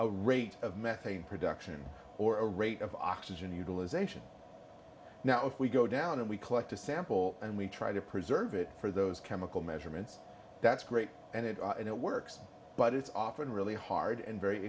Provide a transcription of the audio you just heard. a rate of methane production or a rate of oxygen utilization now if we go down and we collect a sample and we try to preserve it for those chemical measurements that's great and if it works but it's often really hard and very